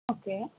okay